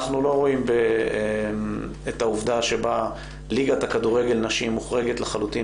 אנחנו לא רואים את העובדה שבה ליגת הכדורגל נשים מוחרגת לחלוטין